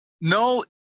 No